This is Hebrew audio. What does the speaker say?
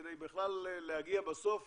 כדי להגיע בסוף